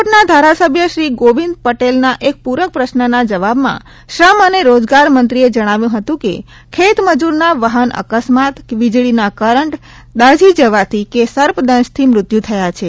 રાજકોટના ધારાસભ્ય શ્રી ગોવિંદ પટેલના એક પૂરક પ્રશ્નના જવાબમાં શ્રમ અને રોજગાર મંત્રીએ જણાવ્યું હતું કે ખેત મજૂરોના વાહન અકસ્માત વીજળીના કરન્ટ દાજી જવાથી કે સર્પદંશથી મૃત્યુ થયા છે